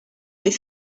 les